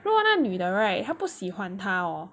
如果那女的 right 他不喜欢他 hor